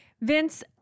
Vince